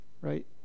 Right